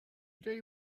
day